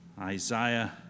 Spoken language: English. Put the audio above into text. Isaiah